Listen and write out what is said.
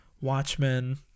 Watchmen